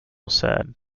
sad